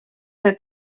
per